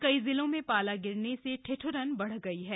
कई जिलों में पाला गिरने से ठिठ्रन बढ़ गई है